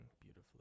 beautifully